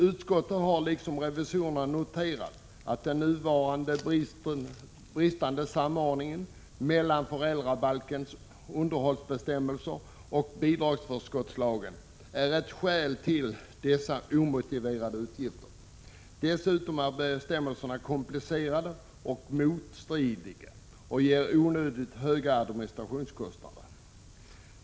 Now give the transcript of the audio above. Utskottet har liksom revisorerna noterat att den nuvarande bristande samordningen mellan föräldrabalkens underhållsbestämmelser och bidragsförskottslagen är ett skäl till dessa omotiverade utgifter. Dessutom är bestämmelserna komplicerade och motstridiga samt medför onödigt höga administrationskostnader.